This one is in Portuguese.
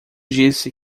disse